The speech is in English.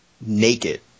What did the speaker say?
naked